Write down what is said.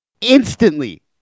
instantly